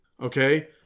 okay